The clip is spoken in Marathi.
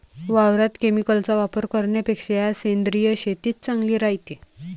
वावरात केमिकलचा वापर करन्यापेक्षा सेंद्रिय शेतीच चांगली रायते